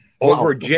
Over